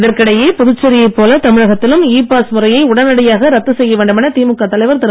இதற்கிடையே புதுச்சேரி யைப் போல தமிழகத்திலும் இ பாஸ் முறையை உடனடியாக ரத்து செய்யவேண்டுமென திமுக தலைவர் திரு